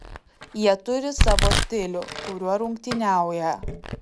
jie turi savo stilių kuriuo rungtyniauja